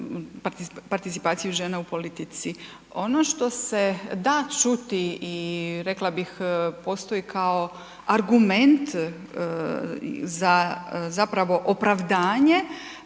žena, participaciju žena u politici. Ono što se da čuti i rekla bih postoji kao argument za zapravo opravdanje,